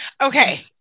Okay